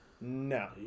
no